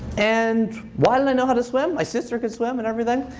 and why didn't i know how to swim? my sister can swim and everything.